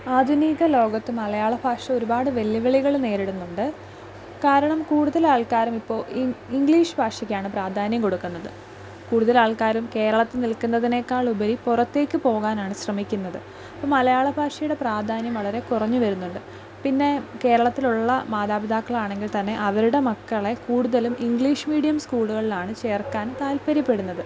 ആധുനിക ലോകത്ത് മലയാള ഭാഷ ഒരുപാട് വെല്ലുവിളികള് നേരിടുന്നുണ്ട് കാരണം കൂടുതല് ആള്ക്കാരുമിപ്പോൾ ഇംഗ്ലീഷ് ഭാഷയ്ക്കാണ് പ്രാധാന്യം കൊടുക്കുന്നത് കൂടുതലാള്ക്കാരും കേരളത്തില് നിൽക്കുന്നതിനേക്കാളുപരി പുറത്തേക്ക് പോകാനാണ് ശ്രമിക്കുന്നത് അപ്പോൾ മലയാള ഭാഷയുടെ പ്രാധാന്യം വളരെ കുറഞ്ഞു വരുന്നുണ്ട് പിന്നെ കേരളത്തിലുള്ള മാതാപിതാക്കളാണെങ്കില് തന്നെ അവരുടെ മക്കളെ കൂടുതലും ഇംഗ്ലീഷ് മീഡിയം സ്കൂളുകളിലാണ് ചേര്ക്കാന് താല്പര്യപ്പെടുന്നത്